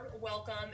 welcome